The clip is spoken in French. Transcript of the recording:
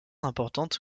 importante